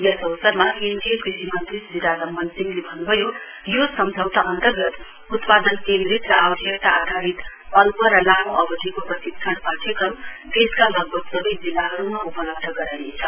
यस अवसरमा केन्द्रीय कृषि मन्त्री श्री राधामोहन सिंहले भन्नुभयो यो सम्झौता अन्तर्गत उत्पादन केन्द्रित र आवश्यकता आधारित अल्प र लामो अवधिको प्रशिक्षण पाठ्यक्रम देशका लगभग सबै जिल्लाहरूमा उपलब्ध गराइनेछ